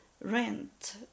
rent